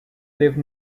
live